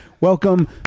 welcome